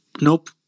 Nope